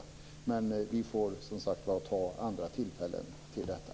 Men vi får som sagt var ta andra tillfällen till detta.